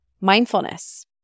Mindfulness